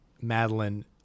Madeline